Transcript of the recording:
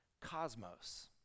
cosmos